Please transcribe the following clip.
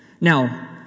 Now